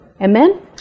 Amen